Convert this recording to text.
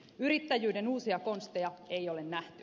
yrittäjyyden uusia konsteja ei ole nähty